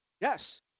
Yes